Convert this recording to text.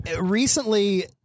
recently